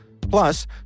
Plus